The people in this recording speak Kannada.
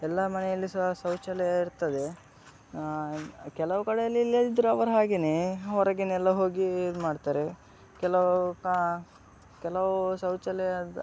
ಎಲ್ಲ ಮನೆಯಲ್ಲಿ ಸಾ ಶೌಚಾಲಯ ಇರ್ತದೆ ಕೆಲವು ಕಡೆಯಲ್ಲಿಲ್ಲದಿದ್ದರೆ ಅವರು ಹಾಗೆಯೇ ಹೊರಗೆಯೇ ಎಲ್ಲ ಹೋಗಿ ಇದ್ಮಾಡ್ತಾರೆ ಕೆಲವು ಕ ಕೆಲವು ಶೌಚಾಲಯ